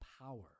power